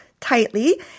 Tightly